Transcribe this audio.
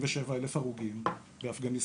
77 אלף הרוגים באפגניסטן.